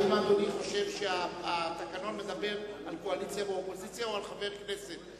האם אדוני חושב שהתקנון מדבר על קואליציה ואופוזיציה או על חבר הכנסת,